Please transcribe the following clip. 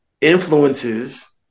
influences